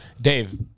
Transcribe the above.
Dave